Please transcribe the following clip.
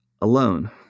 alone